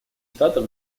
штатов